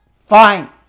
Fine